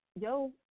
yo